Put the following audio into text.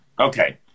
Okay